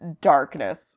darkness